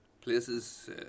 places